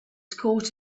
caught